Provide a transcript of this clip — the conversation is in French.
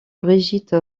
brigitte